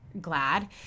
glad